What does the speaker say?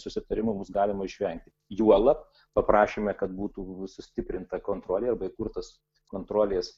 susitarimų bus galima išvengti juolab paprašėme kad būtų sustiprinta kontrolė arba įkurtas kontrolės